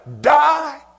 die